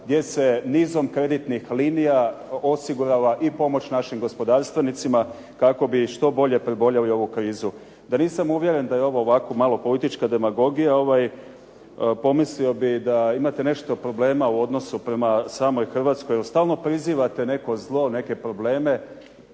gdje se nizom kreditnih linija osigurala i pomoć našim gospodarstvenicima kako bi što bolje preboljeli ovu krizu. Da nisam uvjeren da je ovo ovako malo politička demagogija pomislio bih da imate nešto problema u odnosu prema samoj Hrvatskoj, jer stalno prizivate neko zlo, neke probleme.